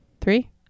three